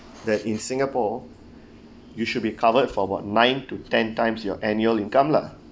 that in singapore you should be covered for about nine to ten times your annual income lah